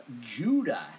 Judah